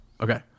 Okay